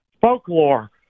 folklore